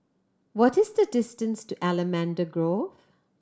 what is the distance to Allamanda Grove